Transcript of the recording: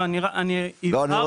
לא, אני הבהרתי את המסגרת.